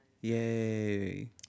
Yay